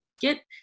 Get